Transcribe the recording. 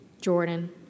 Jordan